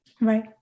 Right